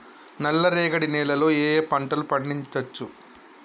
నల్లరేగడి నేల లో ఏ ఏ పంట లు పండించచ్చు?